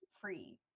free